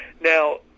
Now